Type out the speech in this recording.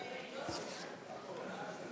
וחבר הכנסת דב חנין לסעיף 14(1) לא נתקבלה.